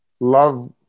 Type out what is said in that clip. love